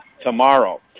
tomorrow